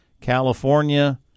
California